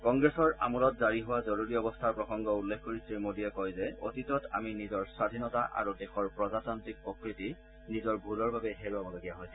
কংগ্ৰেছৰ আমোলত জাৰি হোৱা জৰুৰী অৱস্থাৰ প্ৰসংগ উল্লেখ কৰি শ্ৰীমোদীয়ে কয় যে অতীতত আমি নিজাৰ স্বাধীনতা আৰু দেশৰ প্ৰজাতান্ত্ৰিক প্ৰকৃতি নিজৰ ভুলৰ বাবেই হেৰুৱাবলগীয়া হৈছিল